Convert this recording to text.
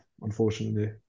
unfortunately